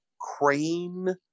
crane